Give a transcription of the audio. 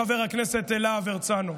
חבר הכנסת להב הרצנו,